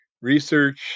Research